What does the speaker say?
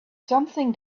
something